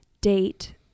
date